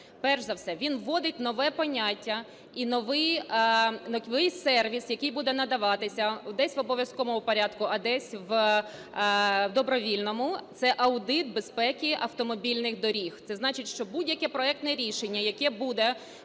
Перш за все він вводить нове поняття і новий сервіс, який буде надаватися десь в обов'язковому порядку, а десь – в добровільному, це аудит безпеки автомобільних доріг. Це значить, що будь-яке проектне рішення, яке буде